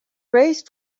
raised